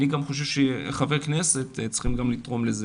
אני גם חושב שחברי הכנסת צריכים לתרום לכך,